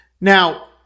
Now